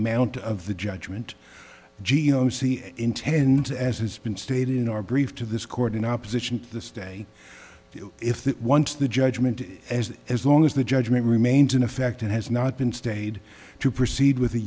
amount of the judgment g o c intends as has been stated in our brief to this court in opposition to the stay if that once the judgment as as long as the judgment remains in effect and has not been stayed to proceed with